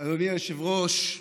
אדוני היושב-ראש,